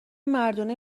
مردونه